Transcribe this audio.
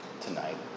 tonight